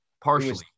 Partially